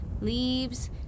leaves